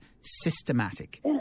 systematic